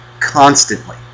Constantly